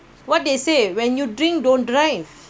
what they say when you drink don't drive